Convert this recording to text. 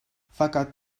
fakat